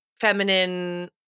feminine